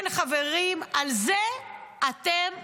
כן, חברים, על זה אתם משלמים.